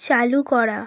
চালু করা